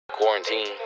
Quarantine